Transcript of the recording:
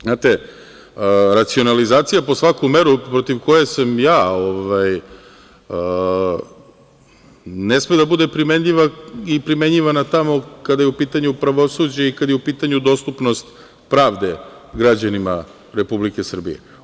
Znate, racionalizacija po svaku meru protiv koje sam ja, ne sme da bude primenljiva i primenjivana tamo, kada je u pitanju pravosuđe i kada je u pitanju dostupnost pravde građanima Republike Srbije.